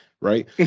Right